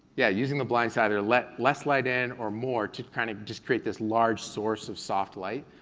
yeah, using the blinds to either let less light in or more, to kind of just create this large source of soft light,